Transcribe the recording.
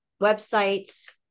websites